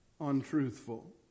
untruthful